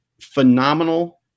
phenomenal